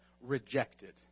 rejected